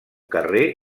carrer